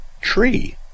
tree